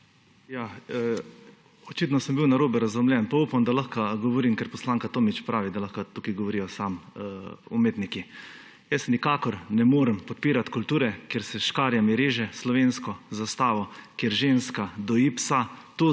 Očitno sem bil narobe razumljen, pa upam, da lahko govorim, ker poslanka Tomić pravi, da lahko tukaj govorijo samo umetniki. Jaz nikakor ne morem podpirati kulture, kjer se s škarjami reže slovensko zastavo, kjer ženska doji psa.